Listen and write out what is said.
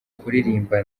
kuririmba